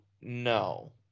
no